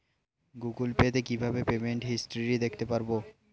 Google Pay তে কিভাবে payment history দেখতে পারবো?